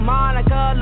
Monica